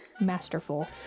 masterful